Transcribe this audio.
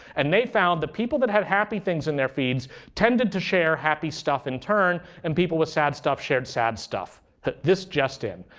and they found that people that had happy things in their feeds tended to share happy stuff in turn, and people with sad stuff shared sad stuff. this just in.